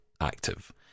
active